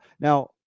Now